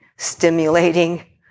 stimulating